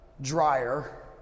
dryer